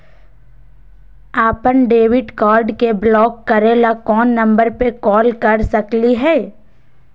अपन debit card के block करे ला कौन नंबर पे कॉल कर सकली हई?